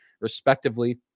respectively